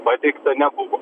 pateikta nebuvo